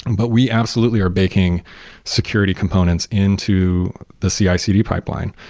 but we absolutely are baking security components into the cicd pipeline.